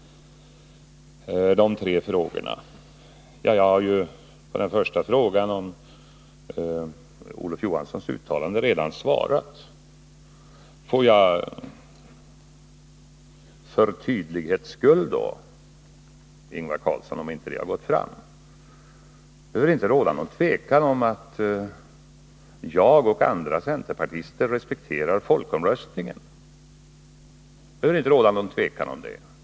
Sedan de tre frågorna. På den första frågan, om Olof Johanssons uttalande, har jag redan svarat. Får jag för tydlighetens skull — om det inte har gått fram till Ingvar Carlsson — säga att det inte behöver råda något tvivel om att jag och andra centerpartister respekterar folkomröstningen.